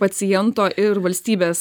paciento ir valstybės